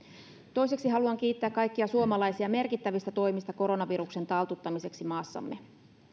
toiseksi haluan kiittää kaikkia suomalaisia merkittävistä toimista koronaviruksen taltuttamiseksi maassamme